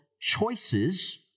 choices